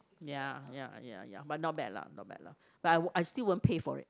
ya ya ya ya but not bad lah not bad lah but I will I still won't pay for it